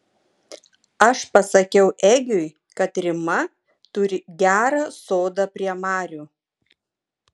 aš pasakiau egiui kad rima turi gerą sodą prie marių